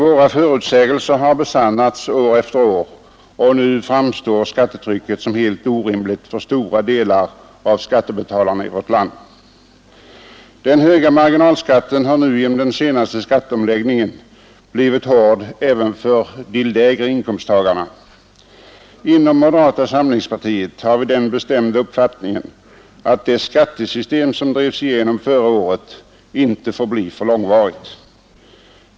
Våra förutsägelser har besannats år efter år, och nu framstår skattetrycket som helt orimligt för stora delar av skattebetalarna i vårt land. Den höga marginalskatten har nu genom den senaste skatteomläggningen blivit hård även för de lägre inkomsttagarna. Inom moderata samlingspartiet har vi den bestämda uppfattningen, att det skattesystem, som drevs igenom förra året, inte får bli för långvarigt.